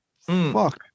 fuck